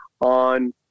on